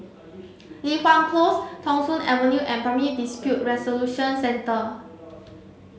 Li Hwan Close Thong Soon Avenue and Primary Dispute Resolution Centre